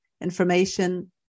information